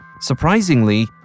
Surprisingly